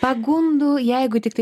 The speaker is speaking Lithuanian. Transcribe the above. pagundų jeigu tiktai